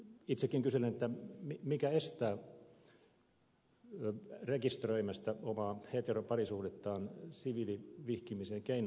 itsekin kyselen mikä estää rekisteröimästä omaa heteroparisuhdettaan siviilivihkimisen keinoin